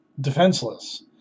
defenseless